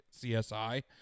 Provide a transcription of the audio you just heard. CSI